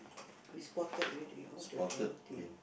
we spotted already all the twenty